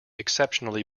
exceptionally